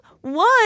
One